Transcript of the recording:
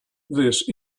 this